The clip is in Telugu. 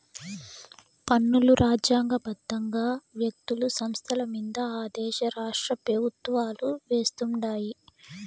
పన్నులు రాజ్యాంగ బద్దంగా వ్యక్తులు, సంస్థలమింద ఆ దేశ రాష్ట్రపెవుత్వాలు వేస్తుండాయి